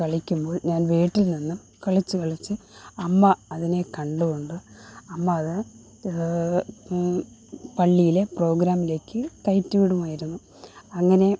കളിക്കുമ്പോൾ ഞാൻ വീട്ടിൽ നിന്നും കളിച്ച് കളിച്ച് അമ്മ അതിനെ കണ്ട് കൊണ്ട് അമ്മ അത് പള്ളിയിലെ പ്രോഗ്രാമിലേക്ക് കയറ്റി വിടുമായിരുന്നു അങ്ങനെ